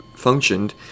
Functioned